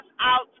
out